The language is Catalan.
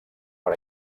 per